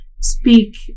Speak